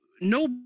No